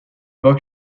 work